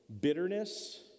bitterness